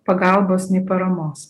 pagalbos nei paramos